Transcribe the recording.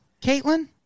Caitlin